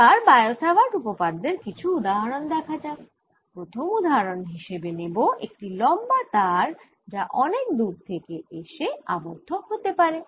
এবার Biot Savart উপপাদ্যের কিছু উদাহরণ দেখা যাক প্রথম উদাহরণ হিসেবে নেব একটি লম্বা তার যা অনেক দূরে থেকে এসে আবদ্ধ হতে পারে